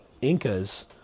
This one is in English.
Incas